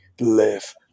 live